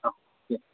औ दे